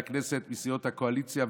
הכנסת מסיעות הקואליציה והאופוזיציה.